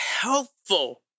helpful